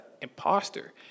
imposter